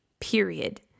period